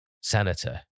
senator